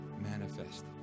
manifest